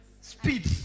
Speed